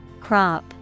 Crop